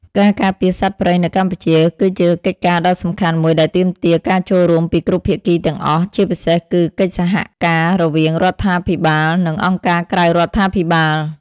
ការការពារសត្វព្រៃនៅកម្ពុជា គឺជាកិច្ចការដ៏សំខាន់មួយដែលទាមទារការចូលរួមពីគ្រប់ភាគីទាំងអស់ ជាពិសេសគឺកិច្ចសហការរវាងរដ្ឋាភិបាល និងអង្គការក្រៅរដ្ឋាភិបាល។